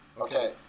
Okay